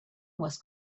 was